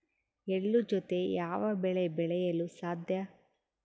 ಎಳ್ಳು ಜೂತೆ ಯಾವ ಬೆಳೆ ಬೆಳೆಯಲು ಸಾಧ್ಯ?